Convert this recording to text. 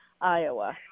Iowa